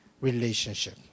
relationship